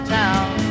town